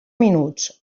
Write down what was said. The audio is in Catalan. minuts